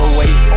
wait